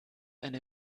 eine